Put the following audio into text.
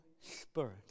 spirit